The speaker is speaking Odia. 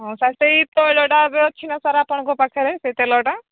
ହଁ ସାର୍ ସେଇ ତୈଳଟା ଏବେ ଅଛି ନା ସାର୍ ଆପଣଙ୍କ ପାଖରେ ସେ ତେଲଟା